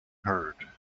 heard